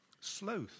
Sloth